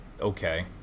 okay